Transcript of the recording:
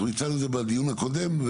אנחנו הצענו את זה בדיון הקודם,